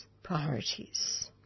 priorities